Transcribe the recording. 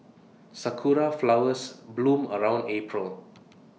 Sakura Flowers bloom around April